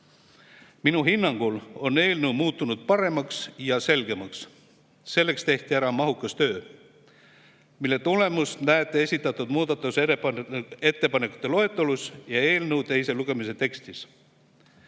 Minu hinnangul on eelnõu muutunud paremaks ja selgemaks. Selleks tehti ära mahukas töö, mille tulemust näete esitatud muudatusettepanekute loetelus ja eelnõu teise lugemise tekstis.